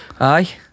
Aye